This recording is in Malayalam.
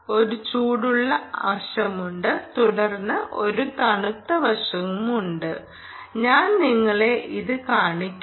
ഒരു ചൂടുള്ള വശമുണ്ട് തുടർന്ന് ഒരു തണുത്ത വശവുമുണ്ട് ഞാൻ നിങ്ങളെ ഇത് കാണിക്കാം